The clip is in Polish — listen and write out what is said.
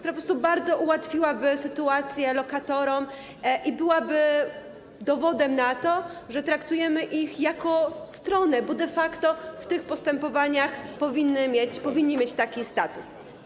Ona po prostu bardzo ułatwiłaby sytuację lokatorom i byłaby dowodem na to, że traktujemy ich jako stronę, bo de facto w tych postępowaniach powinni mieć taki status.